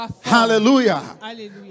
Hallelujah